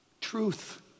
truth